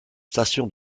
stations